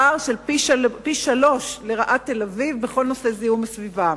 פער של פי-שלושה לרעת תל-אביב בכל נושא זיהום הסביבה.